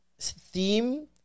theme